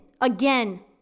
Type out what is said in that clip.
again